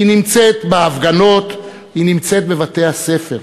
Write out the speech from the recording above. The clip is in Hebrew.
היא נמצאת בהפגנות, היא נמצאת בבתי-הספר.